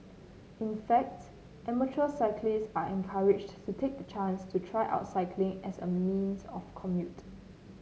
in fact amateur cyclists are encouraged to take the chance to try out cycling as a means of commute